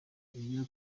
iyo